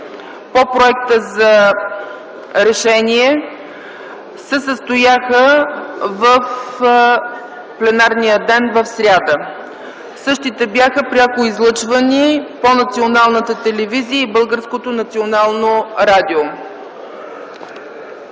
по проекта за решение се състояха в пленарния ден в сряда. Същите бяха пряко излъчвани по Националната телевизия и Българското национално радио.